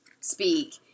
speak